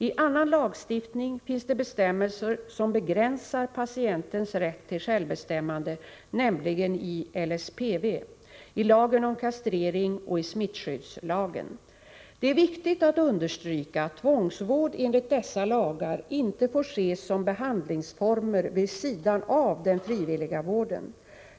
I annan lagstiftning finns det bestämmelser som begränsar patientens rätt till självbestämmande, nämligen i LSPV, i lagen om kastrering och i smittskyddslagen . Det är viktigt att understryka att tvångsvård enligt dessa lagar inte får ses som behandlingsformer vid sidan av den frivilliga vården.